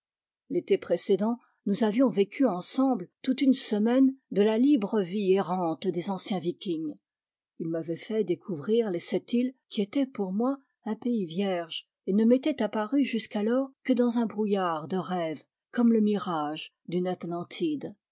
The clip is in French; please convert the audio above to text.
l'été précédent nous avions vécu ensemble toute une semaine de la libre vie errante des anciens vikings il m'avait fait découvrir les sept îles qui étaient pour moi un pays vierge et ne m'étaient apparues jusqu'alors que dans un brouillard de rêve comme le mirage d'une atlantide